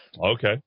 Okay